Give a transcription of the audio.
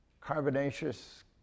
carbonaceous